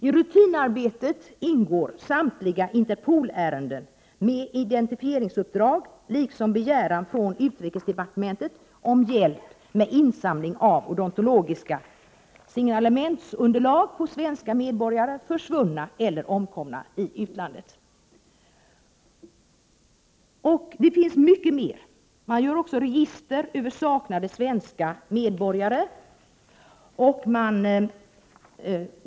I rutinarbetet ingår samtliga Interpolärenden med identifieringsuppdrag, liksom begäran från utrikesdepartementet om hjälp med insamling av odontologiskt signalementsunderlag på svenska medborgare, försvunna eller omkomna i utlandet. Vidare förs register över saknade svenska medborgare.